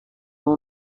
اون